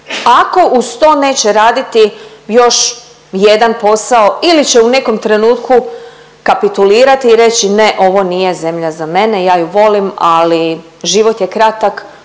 ako uz to neće raditi još jedan posao ili će u nekom trenutku kapitulirati i reći ne ovo nije zemlja za mene, ja ju volim ali život je kratak